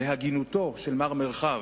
בהגינותו של מר מרחב,